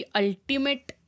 ultimate